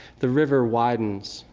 the river widens,